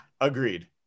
agreed